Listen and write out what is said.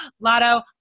Lotto